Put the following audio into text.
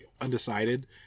undecided